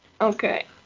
Okay